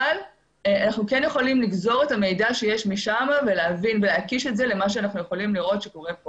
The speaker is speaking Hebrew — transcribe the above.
אבל אנחנו כן יכולים לגזור את המידע שיש שם ולהקיש את זה למה שקורה פה.